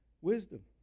Wisdom